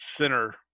Center